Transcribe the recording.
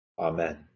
Amen